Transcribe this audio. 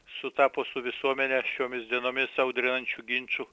sutapo su visuomene šiomis dienomis audrinančių ginčų